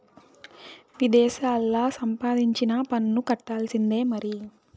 విదేశాల్లా సంపాదించినా పన్ను కట్టాల్సిందే మరి